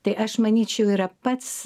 tai aš manyčiau yra pats